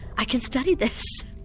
i can study this.